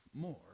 more